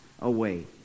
away